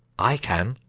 i can.